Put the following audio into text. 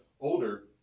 older